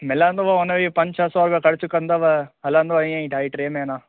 मिलंदव उनजी पंज छह सौ रुपया ख़र्चु कंदव हलंदो ईअं ई ढाई टे महीना